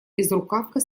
безрукавка